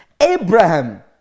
Abraham